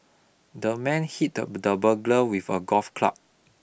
the man hit the the burglar with a golf club